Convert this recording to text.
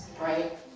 Right